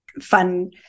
fun